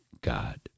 God